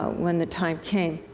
when the time came.